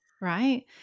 right